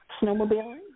snowmobiling